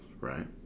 right